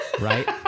right